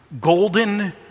golden